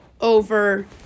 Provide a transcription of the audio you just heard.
over